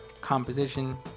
composition